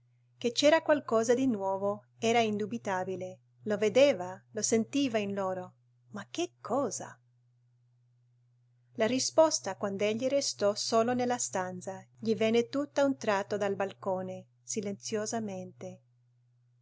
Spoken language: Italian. che c'era qualcosa di nuovo era indubitabile lo vedeva lo sentiva in loro ma che cosa la risposta quand'egli restò solo nella stanza gli venne tutt'a un tratto dal balcone silenziosamente